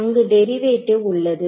அங்கு டெரிவேட்டிவ் உள்ளது